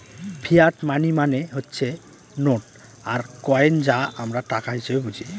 fiat money মানে হচ্ছে note আর কয়েন যা আমরা টাকা হিসেবে বুঝি